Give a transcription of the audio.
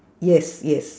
yes yes